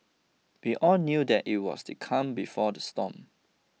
we all knew that it was the calm before the storm